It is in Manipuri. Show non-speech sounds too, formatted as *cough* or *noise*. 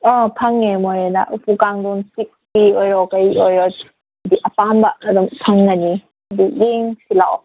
ꯑꯥ ꯐꯪꯉꯦ ꯃꯣꯔꯦꯗ ꯎꯄꯨ ꯀꯥꯡꯗꯣꯟ ꯇꯤꯛꯀꯤ ꯑꯣꯏꯔꯣ ꯀꯔꯤ ꯑꯣꯏꯔꯣ *unintelligible* ꯑꯄꯥꯝꯕ ꯑꯗꯨꯝ ꯐꯪꯒꯅꯤ ꯌꯦꯡꯁꯦ ꯂꯥꯛꯑꯣ